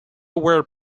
were